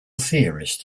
theorists